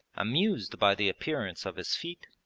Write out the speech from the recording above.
amused by the appearance of his feet,